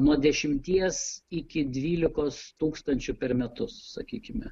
nuo dešimties iki dvylikos tūkstančių per metus sakykime